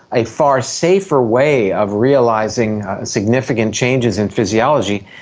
a far safer way of realising significant changes in physiology,